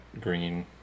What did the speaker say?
green